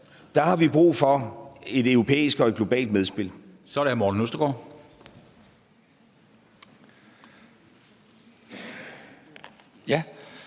vi altså brug for et europæisk og et globalt medspil.